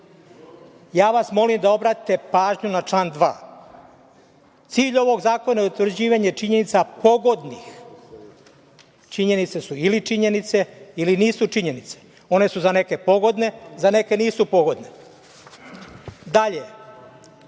ja vas molim da obratite pažnju na član 2. Cilj ovog zakona je utvrđivanje činjenica pogodnih. Činjenice su ili činjenice ili nisu činjenice, one su za neke pogodne, za neke nisu pogodne. Dalje,